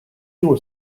fuel